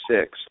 six